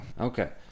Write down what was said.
Okay